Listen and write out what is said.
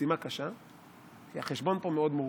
משימה קשה, כי החשבון פה מאוד מורכב.